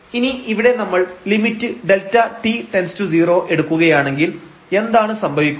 ഇനി ഇവിടെ നമ്മൾ ലിമിറ്റ് Δt→0 എടുക്കുകയാണെങ്കിൽ എന്താണ് സംഭവിക്കുക